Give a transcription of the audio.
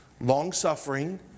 long-suffering